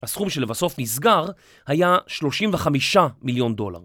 הסכום שלבסוף נסגר היה 35 מיליון דולר.